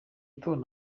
gitondo